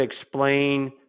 explain